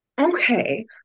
Okay